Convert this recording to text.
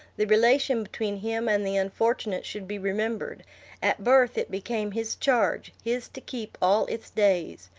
the relation between him and the unfortunate should be remembered at birth it became his charge, his to keep all its days,